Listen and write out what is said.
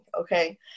Okay